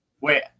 Wait